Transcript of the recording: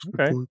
okay